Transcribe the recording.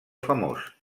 famós